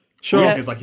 Sure